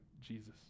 Jesus